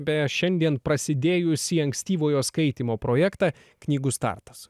beje šiandien prasidėjusį ankstyvojo skaitymo projektą knygų startas